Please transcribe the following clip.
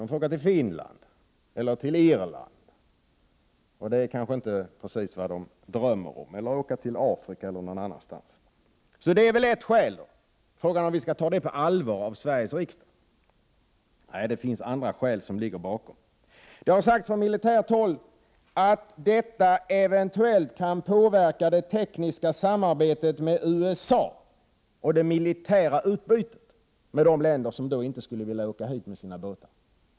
De får åka till Finland, Irland eller Afrika, och det kanske inte är vad de drömmer om. Det är väl ett skäl. Frågan är om Sveriges riksdag skall ta det på allvar. Nej, det finns andra skäl som ligger bakom. Det har från militärt håll sagts att detta eventuellt kan påverka det tekniska samarbetet med USA och det militära utbytet med de länder vilkas båtar inte skulle komma hit.